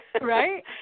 Right